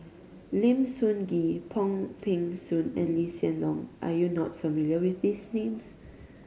Lim Sun Gee Wong Peng Soon and Lee Hsien Loong are you not familiar with these names